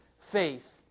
faith